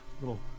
little